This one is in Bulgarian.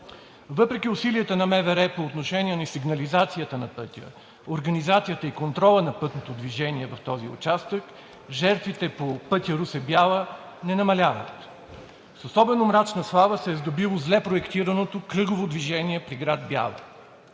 Въпреки усилията на МВР по отношение на сигнализацията на пътя, организацията и контрола на пътното движение в този участък, жертвите по пътя Русе – Бяла не намаляват. С особено мрачна слава се е сдобило зле проектираното кръгово движение при град Бяла.